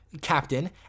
captain